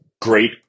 great